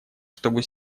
чтобы